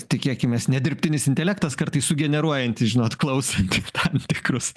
tikėkimės ne dirbtinis intelektas kartais sugeneruojantis žinot klausant tam tikrus